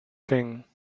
thing